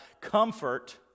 comfort